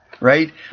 Right